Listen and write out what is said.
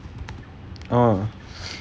oh